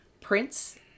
Prince